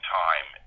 time